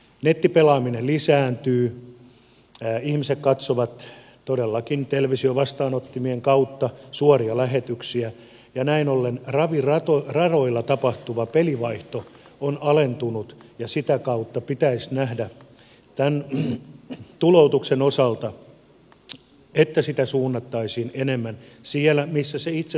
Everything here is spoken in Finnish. nettipelaaminen lisääntyy ihmiset katsovat todellakin televisiovastaanottimien kautta suoria lähetyksiä ja näin ollen raviradoilla tapahtuva pelivaihto on alentunut ja sitä kautta pitäisi nähdä tämän tuloutuksen osalta että sitä suunnattaisiin enemmän siellä missä se itse tapahtuma tapahtuu